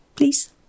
please